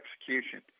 execution